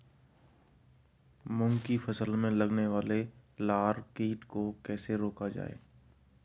मूंग की फसल में लगने वाले लार कीट को कैसे रोका जाए?